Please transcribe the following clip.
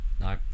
no